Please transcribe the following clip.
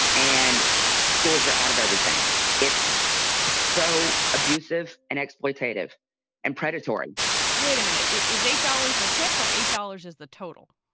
and stores are out of everything it's so abusive and exploitative and predatory wait a minute. is eight dollars the tip or eight dollars is the total?